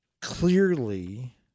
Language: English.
clearly